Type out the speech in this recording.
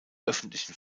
öffentlichen